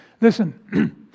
Listen